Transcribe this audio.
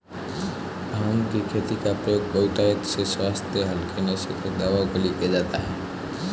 भांग की खेती का प्रयोग बहुतायत से स्वास्थ्य हल्के नशे तथा दवाओं के लिए किया जाता है